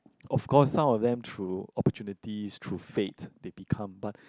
of course some of them through opportunities through fate they become but